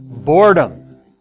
Boredom